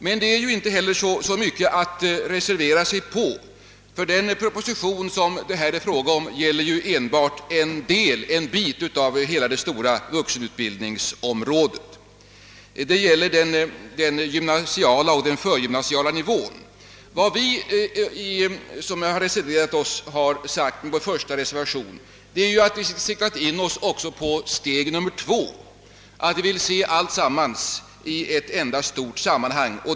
Men det är inte heller så mycket att reservera sig mot, ty den proposition det här är fråga om gäller enbart en del av hela det stora vuxenutbildningsområdet. Det gäller den gymnasiala och den förgymnasiala nivån. Vi reservanter har i vår första reservation riktat in oss också på steg nummer två; vi vill se alltsammans i ett enda stort sammanhang.